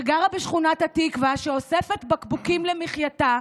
שגרה בשכונת התקווה ואוספת בקבוקים למכירה,